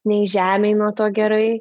nei žemei nuo to gerai